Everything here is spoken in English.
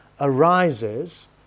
arises